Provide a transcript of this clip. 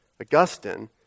Augustine